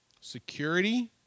Security